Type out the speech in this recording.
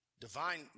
divine